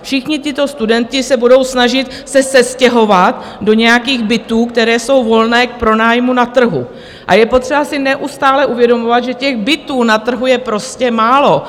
Všichni tito studenti se budou snažit se sestěhovat do nějakých bytů, které jsou volné k pronájmu na trhu, a je potřeba si neustále uvědomovat, že těch bytů na trhu je prostě málo.